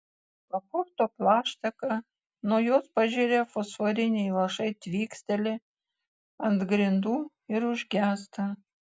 papurto plaštaką nuo jos pažirę fosforiniai lašai tvyksteli ant grindų ir užgęsta